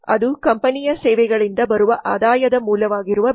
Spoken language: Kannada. ಅದು ಕಂಪನಿಯ ಸೇವೆಗಳಿಂದ ಬರುವ ಆದಾಯದ ಮೂಲವಾಗಿರುವ ಬೆಲೆ